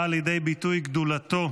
באה לידי ביטוי גדולתו,